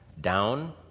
Down